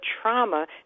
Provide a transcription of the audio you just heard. trauma